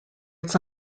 its